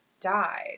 died